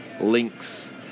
links